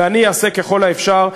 ואני אעשה ככל האפשר,